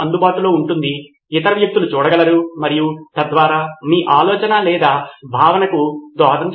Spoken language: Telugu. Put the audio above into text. ఇప్పుడు ఒక పాఠశాల ఉంటే పాఠశాల ద్వారా సాంకేతిక పరిజ్ఞానం ద్వారా మౌలిక సదుపాయాలు పంచుకునే పరిస్థితిని పరిశీలిద్దాం ఇలాంటివి చేయడానికి సాంకేతికతను ఉపయోగించండి